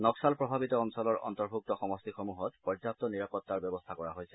নক্সাল প্ৰভাৱিত অঞ্চলৰ অন্তৰ্ভক্ত সমষ্টিসমূহত পৰ্যাপ্ত নিৰাপত্তাৰ ব্যৱস্থা কৰা হৈছে